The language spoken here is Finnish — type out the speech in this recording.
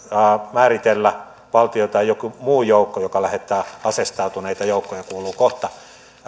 määritellä valtio tai joku muu joukko joka lähettää aseistautuneita joukkoja kuuluu kohta